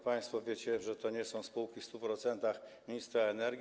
Państwo wiecie, że to nie są spółki w 100% ministra energii.